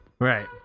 Right